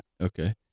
Okay